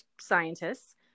scientists